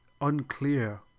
unclear